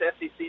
sec